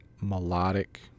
melodic